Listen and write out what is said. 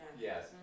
Yes